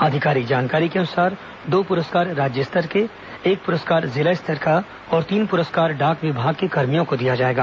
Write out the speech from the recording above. आधिकारिक जानकारी के अनुसार दो पुरस्कार राज्य स्तर के एक पुरस्कार जिला स्तर का और तीन पुरस्कार डाक विभाग के कर्मियों को दिया जाएगा